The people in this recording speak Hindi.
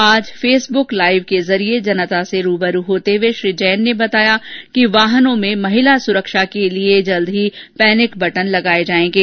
आज फेसबुक लाइव के जरिये जनता से रूबरू होते हुए श्री जैन ने बताया कि वाहनों में महिला सुरक्षा के लिए जल्द पैनिक बटन लगाये जायेंगे